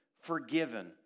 forgiven